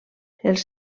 els